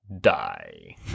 die